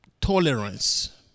tolerance